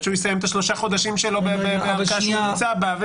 עד שהוא יסיים את שלושה החודשים שלו בערכאה שהוא נמצא בה.